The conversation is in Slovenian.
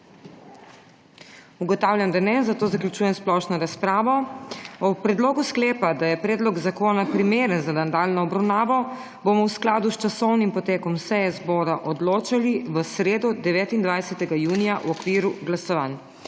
Ugotavljam, da ne, zato zaključujem splošno razpravo. O predlogu sklepa, da je predlog zakona primeren za nadaljnjo obravnavo, bomo v skladu s časovnim potekom seje zbora odločali v sredo, 29. junija, v okviru glasovanj.